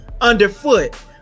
underfoot